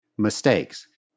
Mistakes